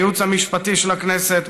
הייעוץ המשפטי של הכנסת,